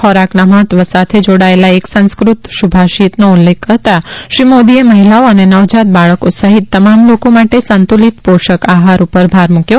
ખોરાકના મહત્વ સાથે જોડાયેલા એક સંસ્કૃત સુભાષિતનો ઉલ્લેખ કરતાં શ્રી મોદીએ મહિલાઓ અને નવજાત બાળકો સહિત તમામ લોકો માટે સંતુલિત પોષક આહાર ઉપર ભાર મૂક્યો